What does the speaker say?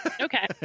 Okay